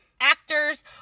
actors